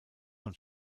von